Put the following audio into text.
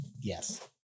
Yes